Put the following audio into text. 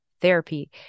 therapy